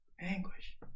anguish